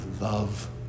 love